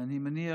אני מניח